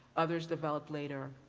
others developed later.